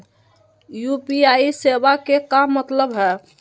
UPI सेवा के का मतलब है?